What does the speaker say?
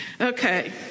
Okay